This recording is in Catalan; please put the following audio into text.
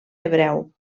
hebreu